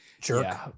Jerk